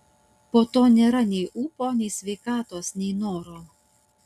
po to nėra nei ūpo nei sveikatos nei noro